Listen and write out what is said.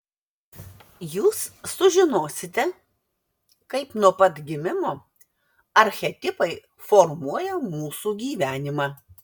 jūs sužinosite kaip nuo pat gimimo archetipai formuoja mūsų gyvenimą